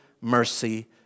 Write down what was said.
mercy